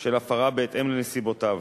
של הפרה בהתאם לנסיבותיו